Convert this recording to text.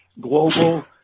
global